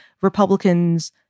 Republicans